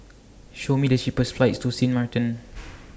Show Me The cheapest flights to Sint Maarten